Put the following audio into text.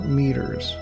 meters